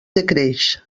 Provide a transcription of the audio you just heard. decreix